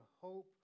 hope